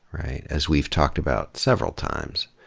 right? as we've talked about several times,